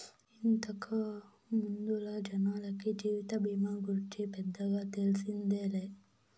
ఇంతకు ముందల జనాలకి జీవిత బీమా గూర్చి పెద్దగా తెల్సిందేలే